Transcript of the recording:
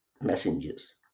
messengers